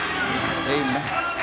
amen